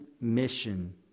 mission